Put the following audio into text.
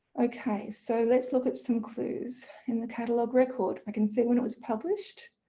okay so let's look at some clues in the catalogue record i can see when it was published,